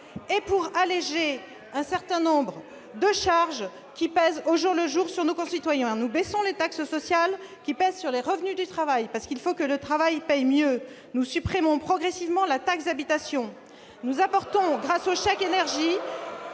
et pour alléger un certain nombre de charges qui pèsent au jour le jour sur nos concitoyens. Nous baissons les taxes sociales qui pèsent sur les revenus du travail, parce qu'il faut que le travail paye mieux. Nous supprimons progressivement la taxe habitation. Nous apportons grâce au chèque énergie